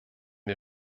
wir